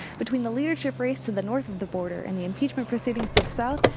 between the leadership race to the north of the border and the impeachment proceedings to the south,